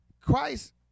Christ